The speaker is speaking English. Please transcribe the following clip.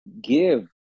give